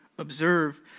Observe